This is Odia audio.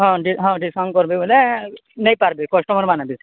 ହଁ ହଁ ଡିସକାଉଣ୍ଟ କରଦେବେ ବୋଇଲେ ନେଇ ପାରବେ କଷ୍ଟମର ମାନେ ବି